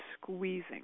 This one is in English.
squeezing